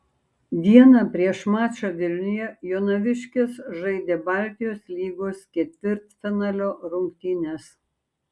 dieną prieš mačą vilniuje jonaviškės žaidė baltijos lygos ketvirtfinalio rungtynes